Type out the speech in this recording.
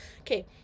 okay